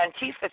Antifa